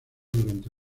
durante